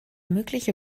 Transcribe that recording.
mögliche